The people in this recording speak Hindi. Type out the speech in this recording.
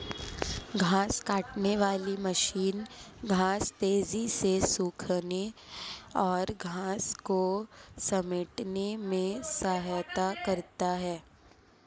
घांस काटने वाली मशीन घांस तेज़ी से सूखाने और घांस को समेटने में सहायता करता है